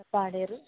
Paderu